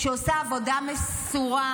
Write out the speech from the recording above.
שעושה עבודה מסורה.